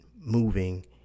moving